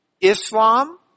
Islam